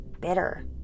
bitter